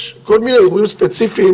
יש כל מיני אירועים ספציפיים,